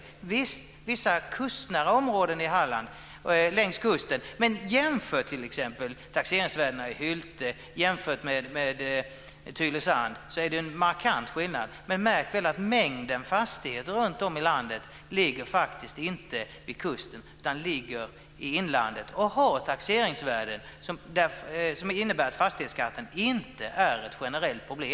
Visst kan det finnas problem i vissa kustnära områden i Halland. Men vid en jämförelse av taxeringsvärdena i Hylte och Tylösand är det en markant skillnad. Men märk väl att mängden fastigheter runtom i landet ligger faktiskt inte vid kusten utan i inlandet och har ett taxeringsvärde som innebär att fastighetsskatten inte är ett generellt problem.